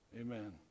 Amen